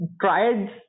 tried